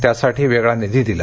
त्यासाठी वेगळा निधी दिला